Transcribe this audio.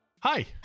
Hi